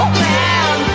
man